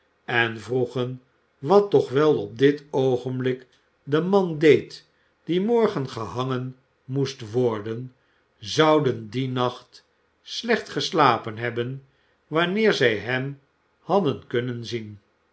en vroegen wat toch wel op dit oogenblik de man deed die morgen gehangen moest worden zouden dien nacht slecht geslapen hebben wanneer zij hem hadden kunnen zien